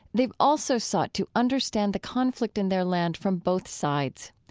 they've also sought to understand the conflict in their land from both sides.